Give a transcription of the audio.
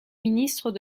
ministre